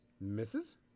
misses